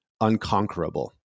unconquerable